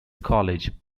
college